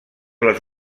les